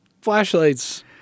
flashlights